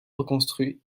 reconstruit